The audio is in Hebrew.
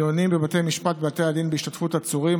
(דיונים בבתי משפט ובבתי דין בהשתתפות עצורים,